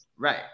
Right